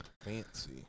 fancy